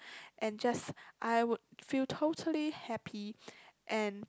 and just I would feel totally happy and